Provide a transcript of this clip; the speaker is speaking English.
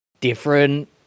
different